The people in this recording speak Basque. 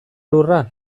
lurra